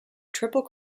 triple